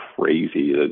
crazy